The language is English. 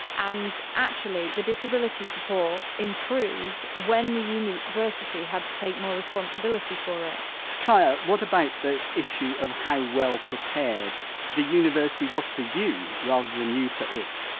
and actually, the disability support improved when the university had to take more responsibility for it kaya, what about the issue of how well prepared the university was for you, rather than you for it?